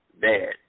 bad